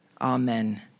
Amen